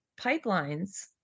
pipelines